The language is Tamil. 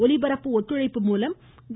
ஒலிபரப்பு ஒத்துழைப்பு மூலம் டி